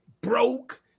broke